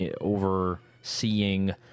overseeing